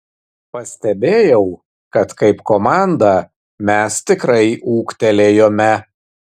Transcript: pastebėjau kad kaip komanda mes tikrai ūgtelėjome